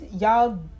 y'all